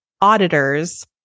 auditors